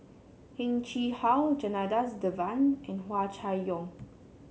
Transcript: Heng Chee How Janadas Devan and Hua Chai Yong